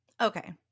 Okay